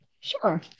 sure